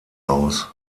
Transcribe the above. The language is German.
aus